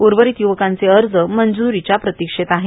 उर्वरित युवकांचे अर्ज मंजुरीच्या प्रतीक्षेत आहेत